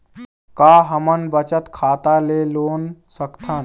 का हमन बचत खाता ले लोन सकथन?